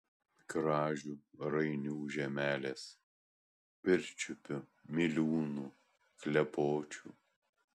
kražių rainių žemelės pirčiupių miliūnų klepočių